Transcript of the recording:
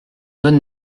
bonne